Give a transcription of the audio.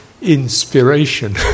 inspiration